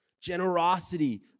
generosity